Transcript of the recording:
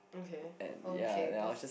okay okay this